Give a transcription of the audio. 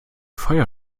feuer